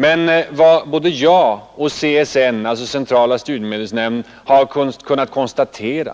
Men vad både jag och centrala studiemedelsnämnden, CSN, har kunnat konstatera